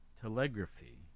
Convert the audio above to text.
telegraphy